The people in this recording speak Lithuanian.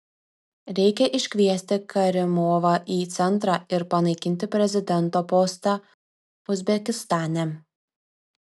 reikia iškviesti karimovą į centrą ir panaikinti prezidento postą uzbekistane